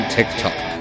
TikTok